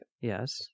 Yes